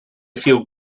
feel